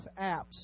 Apps